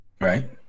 Right